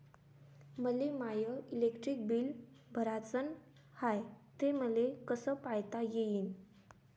मले my electric bill भराचं हाय, ते मले कस पायता येईन?